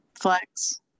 Flex